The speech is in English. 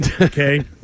Okay